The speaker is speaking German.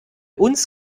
uns